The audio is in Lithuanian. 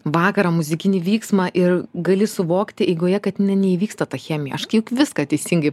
vakarą muzikinį vyksmą ir gali suvokti eigoje kad ne neįvyksta ta chemija aš kiek viską teisingai